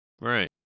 Right